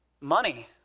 money